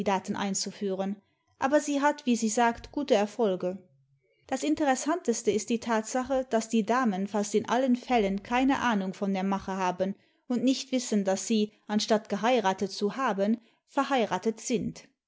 einzuführen aber sie hat wie sie sagt gute erfolge das interessanteste ist die tatsache daß die damen fast in allen fällen keine ahnung von der mache haben und nicht wissen daß sie anstatt geheiratet zu haben verheiratet sind